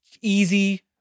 easy